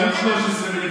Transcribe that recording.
ערוץ 13,